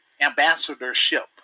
ambassadorship